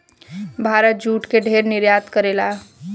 Bharat jute के ढेर निर्यात करेला